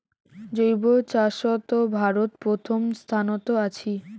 জৈব চাষত ভারত প্রথম স্থানত আছি